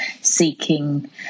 seeking